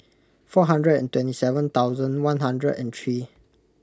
four hundred and twenty seven thousand one hundred and three